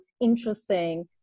interesting